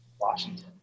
Washington